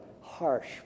harsh